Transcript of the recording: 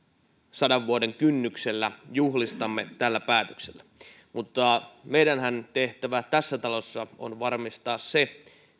sadan vuoden kynnyksellä juhlistamme tällä päätöksellä mutta meidänhän tehtävämme tässä talossa on varmistaa se